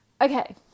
Okay